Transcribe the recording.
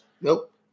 Nope